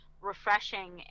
refreshing